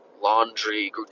laundry